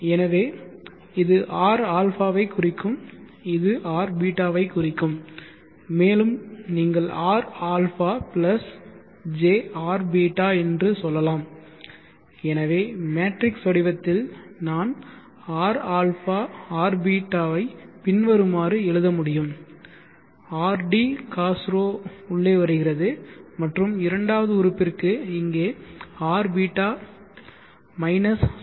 எனவே இது rα ஐ குறிக்கும் இது rß ஐ குறிக்கும் மேலும் நீங்கள் rα jrß என்று சொல்லலாம் எனவே மேட்ரிக்ஸ் வடிவத்தில் நான் rα rß பின்வருமாறு எழுத முடியும் rd Cos𝜌 உள்ளே வருகிறதுமற்றும் இரண்டாவது உறுப்பிற்கு இங்கே r ß மைனஸ் Sin𝜌